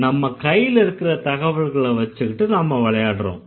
நம்ம கையில இருக்கற தகவல்களை வெச்சிகிட்டு நாம விளையாடறோம்